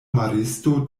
maristo